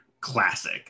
classic